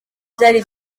byari